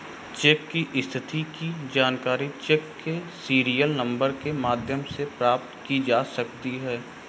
check की स्थिति की जानकारी चेक के सीरियल नंबर के माध्यम से प्राप्त की जा सकती है